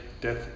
death